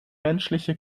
menschliche